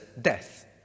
death